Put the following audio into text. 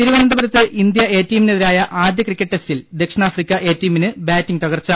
തിരുവനന്തപുരത്ത് India A ടീമിനെതിരായ ആദ്യ ക്രിക്കറ്റ് ടെസ്റ്റിൽ ദക്ഷിണാഫ്രിക്ക എ ടീമിന് ബാറ്റിങ് തകർച്ച